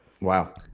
wow